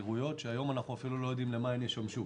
שהיום אנחנו אפילו לא יודעים למה הם ישמשו.